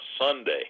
Sunday